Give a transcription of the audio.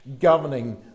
governing